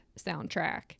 soundtrack